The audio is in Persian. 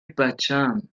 بچم